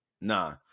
nah